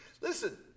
Listen